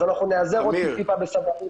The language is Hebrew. אז נאזר עוד טיפה בסבלנות.